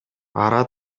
ара